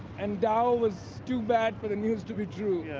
and dow was too bad for the news to be true. yeah.